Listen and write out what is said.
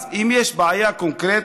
אז אם יש בעיה קונקרטית,